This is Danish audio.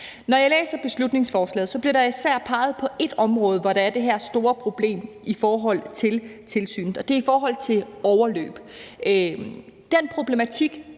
Når jeg læser beslutningsforslaget, bliver der især peget på ét område, hvor der er det her store problem i forhold til tilsynet, og det er i forhold til overløb. Den problematik